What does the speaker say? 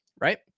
Right